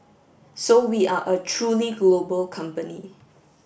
so we are a truly global company